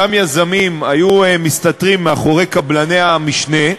אותם יזמים היו מסתתרים מאחורי קבלני המשנה,